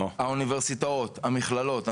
האוניברסיטאות, המכללות.